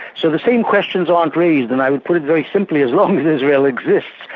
so the same questions aren't raised, and i would put it very simply as long as israel exists,